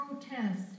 protest